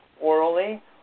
orally